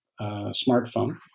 smartphone